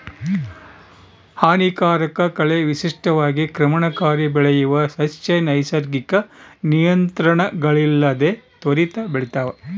ಹಾನಿಕಾರಕ ಕಳೆ ವಿಶಿಷ್ಟವಾಗಿ ಕ್ರಮಣಕಾರಿ ಬೆಳೆಯುವ ಸಸ್ಯ ನೈಸರ್ಗಿಕ ನಿಯಂತ್ರಣಗಳಿಲ್ಲದೆ ತ್ವರಿತ ಬೆಳಿತಾವ